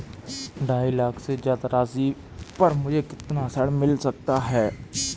ढाई लाख से ज्यादा राशि पर मुझे कितना ऋण मिल सकता है?